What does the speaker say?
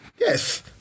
Yes